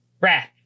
Wrath